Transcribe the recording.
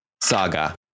saga